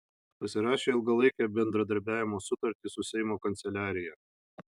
pasirašė ilgalaikę bendradarbiavimo sutartį su seimo kanceliarija